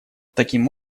таким